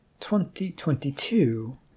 2022